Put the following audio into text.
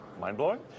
mind-blowing